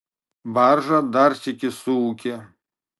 barža dar sykį suūkė